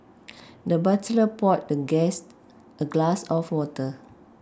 the butler poured the guest a glass of water